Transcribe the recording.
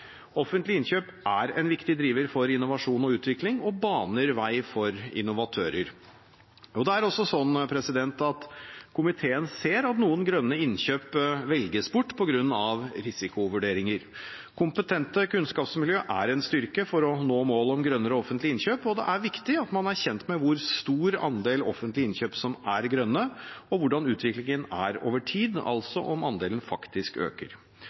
innkjøp er en viktig driver for innovasjon og utvikling og baner vei for innovatører. Komiteen ser at noen grønne innkjøp velges bort på grunn av risikovurderinger. Kompetente kunnskapsmiljø er en styrke for å nå målet om grønnere offentlige innkjøp, og det er viktig at man er kjent med hvor stor andel offentlige innkjøp som er grønne, og hvordan utviklingen er over tid, altså om andelen faktisk øker.